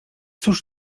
cóż